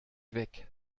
weg